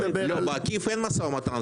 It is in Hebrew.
בעקיף אין משא ומתן.